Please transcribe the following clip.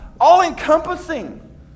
all-encompassing